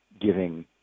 giving